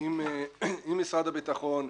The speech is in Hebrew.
עם משרד הביטחון,